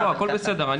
הכול בסדר.